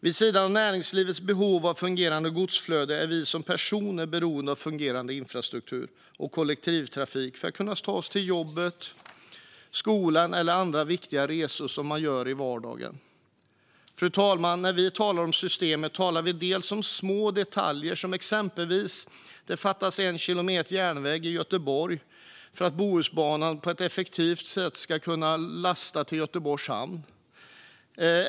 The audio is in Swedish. Vid sidan av näringslivets behov av fungerande godsflöden är vi som personer beroende av fungerande infrastruktur och kollektivtrafik för att kunna ta oss till jobbet och skolan eller för andra viktiga resor som man gör i vardagen. Fru talman! När vi talar om system talar vi om små detaljer som exempelvis att det fattas en kilometer järnväg i Göteborg för att Bohusbanan på ett effektivt sätt ska kunna lasta till Göteborgs hamn.